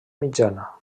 mitjana